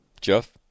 Jeff